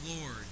lord